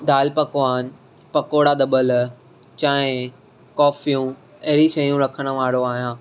दाल पकवान पकोड़ा डबल चांहि कॉफ़ियूं अहिड़ी शयूं रखण वारो आहियां